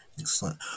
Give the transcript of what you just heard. Excellent